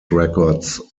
records